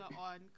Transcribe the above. on